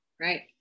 Right